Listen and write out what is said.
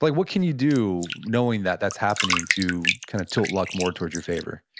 like what can you do knowing that that's happening to kind of tilt luck more towards your favor?